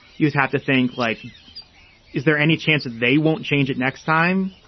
you'd have to think like is there any chance that they won't change it next time.